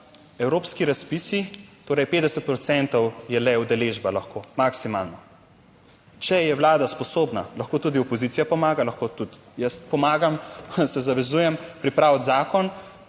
evropski razpisi, torej 50 procentov je le udeležba lahko maksimalno. Če je Vlada sposobna, lahko tudi opozicija pomaga, lahko tudi jaz pomagam, se zavezujem, pripraviti zakon,